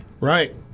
right